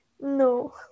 No